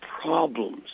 problems